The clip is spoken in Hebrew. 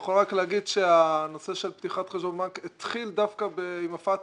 יכול רק להגיד שהנושא של פתיחת חשבון בנק התחיל דווקא עם ה-FATKA.